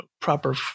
proper